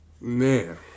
Man